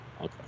Okay